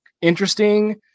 interesting